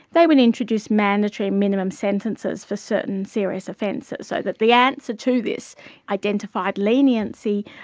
they would introduce mandatory minimum sentences for certain serious offences. so that the answer to this identified leniency,